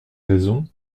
raisons